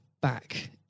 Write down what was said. back